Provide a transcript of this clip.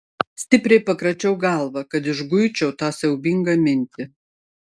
stipriai pakračiau galvą kad išguičiau tą siaubingą mintį